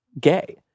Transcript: gay